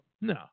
No